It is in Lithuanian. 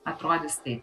atrodys taip